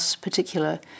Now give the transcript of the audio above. particular